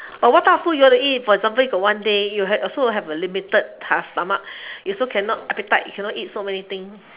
oh what type of food you want to eat for example you got one day you had also have a limited stomach you also cannot appetite you cannot eat so many thing